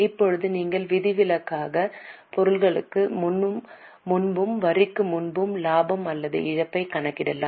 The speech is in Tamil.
இப்போது நீங்கள் விதிவிலக்கான பொருட்களுக்கு முன்பும் வரிக்கு முன்பும் லாபம் அல்லது இழப்பைக் கணக்கிடலாம்